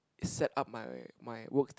set up my my worked